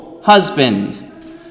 Husband